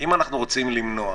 אם רוצים למנוע